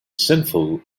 sinful